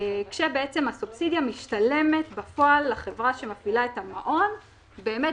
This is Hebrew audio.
כשבעצם הסובסידיה משתלמת בפועל לחברה שמפעילה את המעון באמת